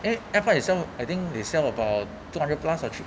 eh AirPods itself I think they sell about two hundred plus or three